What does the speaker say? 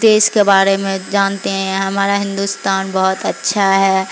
دیش کے بارے میں جانتے ہیں ہمارا ہندوستان بہت اچھا ہے